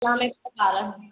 मिथिला में कम आ रहे हैं